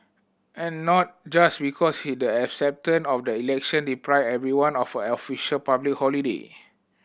and not just because he the of election deprived everyone of a official public holiday